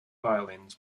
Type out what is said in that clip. violins